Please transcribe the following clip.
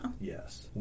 Yes